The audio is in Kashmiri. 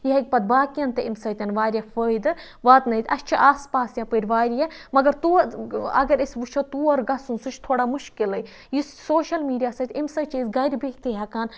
یہِ ہیٚکہِ پَتہٕ باقٕیَن تہِ اَمہِ سۭتۍ واریاہ فٲیدٕ واتنٲوِتھ اَسہِ چھِ آس پاس یَپٲرۍ واریاہ مگر تور اگر أسۍ وٕچھو تور گژھُن سُہ چھِ تھوڑا مُشکلٕے یہِ سوشَل میٖڈیا سۭتۍ اَمہِ سۭتۍ چھِ أسۍ گَرِ بِہتھٕے ہٮ۪کان